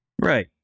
Right